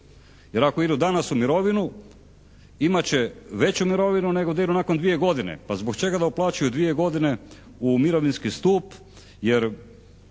jer ako idu danas u mirovinu imat će veću mirovinu nego da idu nakon dvije godine. Pa zbog čega da uplaćuju dvije godine u mirovinski stup